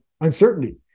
uncertainty